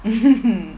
mmhmm